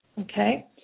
Okay